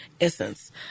essence